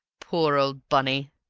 poor old bunny!